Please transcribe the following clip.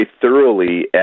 thoroughly